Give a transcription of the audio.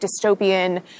dystopian